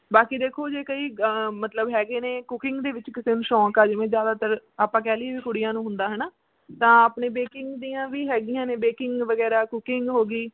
ਬਾਕੀ ਦੇਖੋ ਜੇ ਕਈ ਮਤਲਬ ਹੈਗੇ ਨੇ ਕੁਕਿੰਗ ਦੇ ਵਿੱਚ ਕਿਸੇ ਨੂੰ ਸ਼ੌਕ ਹੈ ਜਿਵੇਂ ਜ਼ਿਆਦਾਤਰ ਆਪਾਂ ਕਹਿ ਲਈਏ ਵੀ ਕੁੜੀਆਂ ਨੂੰ ਹੁੰਦਾ ਹੈ ਨਾ ਤਾਂ ਆਪਣੇ ਬੇਕਿੰਗ ਦੀਆਂ ਵੀ ਹੈਗੀਆਂ ਨੇ ਬੇਕਿੰਗ ਵਗੈਰਾ ਕੁਕਿੰਗ ਹੋ ਗਈ